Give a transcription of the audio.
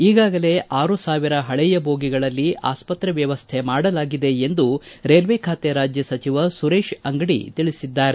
ಈಗಾಗಲೇ ಆರು ಸಾವಿರ ಪಳೆಯ ಬೋಗಿಗಳಲ್ಲಿ ಆಸ್ತತ್ರೆ ವ್ಯವಸ್ಥೆ ಮಾಡಲಾಗಿದೆ ಎಂದು ರೈಲ್ವೆ ಇಲಾಖೆ ರಾಜ್ಯ ಸಚಿವ ಸುರೇಶ ಅಂಗಡಿ ತಿಳಿಸಿದ್ದಾರೆ